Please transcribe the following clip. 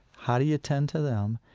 how do you tend to them?